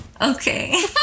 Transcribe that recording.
Okay